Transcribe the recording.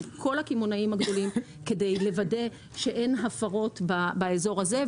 כל הקמעונאים הגדולים כדי לוודא שאין הפרות באזור הזה,